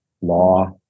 law